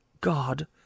God